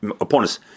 opponents